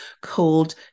called